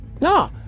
No